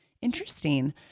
Interesting